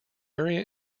area